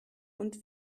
und